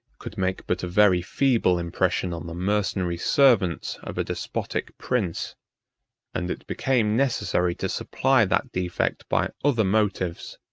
could make but a very feeble impression on the mercenary servants of a despotic prince and it became necessary to supply that defect by other motives,